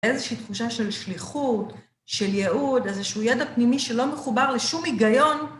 איזושהי תחושה של שליחות, של ייעוד, איזשהו ידע פנימי שלא מחובר לשום היגיון.